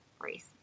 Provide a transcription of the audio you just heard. race